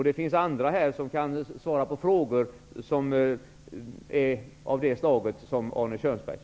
Det finns andra här som kan svara på frågor av det slag som Arne Kjörnsbergs.